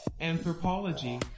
anthropology